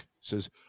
says